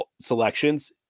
selections